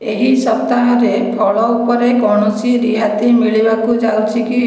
ଏହି ସପ୍ତାହରେ ଫଳ ଉପରେ କୌଣସି ରିହାତି ମିଳିବାକୁ ଯାଉଛି କି